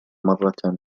مرة